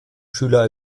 schüler